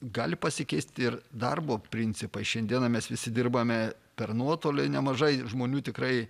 gali pasikeisti ir darbo principai šiandieną mes visi dirbame per nuotolį nemažai žmonių tikrai